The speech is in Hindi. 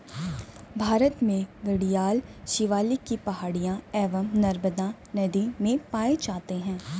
भारत में घड़ियाल शिवालिक की पहाड़ियां एवं नर्मदा नदी में पाए जाते हैं